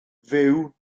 fyw